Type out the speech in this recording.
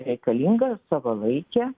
reikalinga savalaikė